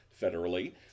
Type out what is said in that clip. federally